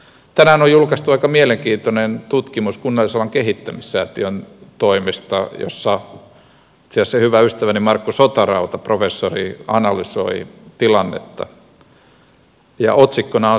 tänään on julkaistu kunnallisalan kehittämissäätiön toimesta aika mielenkiintoinen tutkimus jossa itse asiassa hyvä ystäväni professori markku sotarauta analysoi tilannetta ja otsikkona on